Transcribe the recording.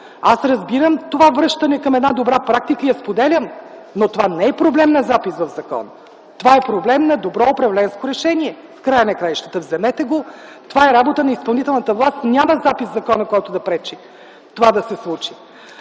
аз разбирам това връщане към една добра практика и я споделям, но това не е проблем на запис в закон. Това е проблем на добро управленско решение, в края на краищата, вземете го. Това е работа на изпълнителната власт. Няма запис в закона, който да пречи това се случи.